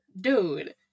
dude